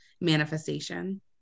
manifestation